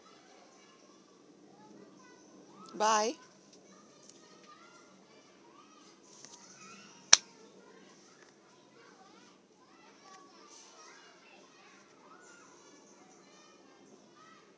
bye